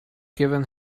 given